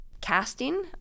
casting